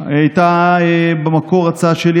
הייתה במקור הצעה שלי.